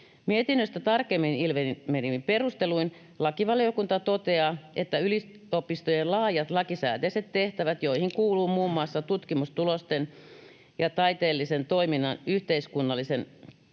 Mietinnöstä tarkemmin ilmenevin perusteluin lakivaliokunta toteaa, että yliopistojen laajat lakisääteiset tehtävät, joihin kuuluu muun muassa tutkimustulosten ja taiteellisen toiminnan yhteiskunnallisen